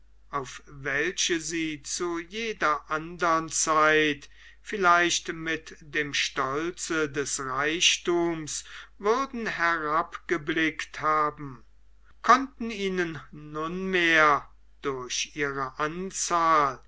auf welche sie zu jeder andern zeit vielleicht mit dem stolze des reichthums würden herabgeblickt haben konnten ihnen nunmehr durch ihre anzahl